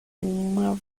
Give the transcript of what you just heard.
uma